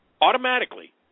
Automatically